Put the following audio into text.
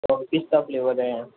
और पिस्ता फ्लेवर हैं